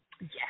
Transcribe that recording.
Yes